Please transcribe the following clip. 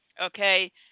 okay